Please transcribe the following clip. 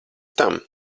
tam